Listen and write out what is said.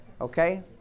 Okay